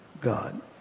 God